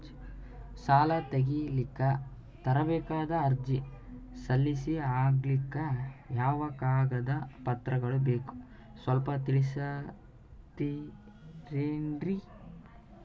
ಸಾಲ ತೆಗಿಲಿಕ್ಕ ತರಬೇಕಾದ ಅರ್ಜಿ ಸಲೀಸ್ ಆಗ್ಲಿಕ್ಕಿ ಯಾವ ಕಾಗದ ಪತ್ರಗಳು ಬೇಕು ಸ್ವಲ್ಪ ತಿಳಿಸತಿರೆನ್ರಿ?